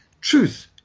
Truth